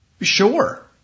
Sure